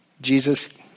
Jesus